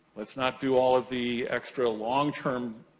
let's not do all of the extra long-term,